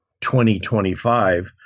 2025